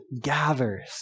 gathers